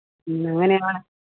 അങ്ങനെയാണ്